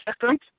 second